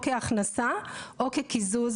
או כהכנסה או כקיזוז